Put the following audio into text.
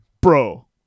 Bro